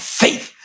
faith